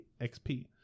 XP